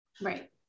Right